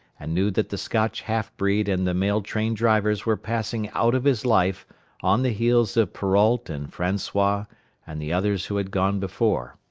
and knew that the scotch half-breed and the mail-train drivers were passing out of his life on the heels of perrault and francois and the others who had gone before.